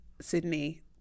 Sydney